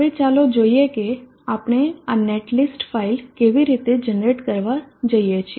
હવે ચાલો જોઈએ કે આપણે આ નેટ લિસ્ટ ફાઇલ કેવી રીતે જનરેટ કરવા જઈએ છીએ